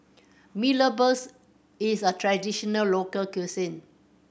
Mee Rebus is a traditional local cuisine